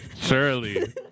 Surely